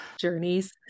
Journeys